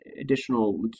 additional